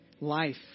life